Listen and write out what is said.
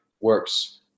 works